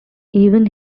even